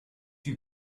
you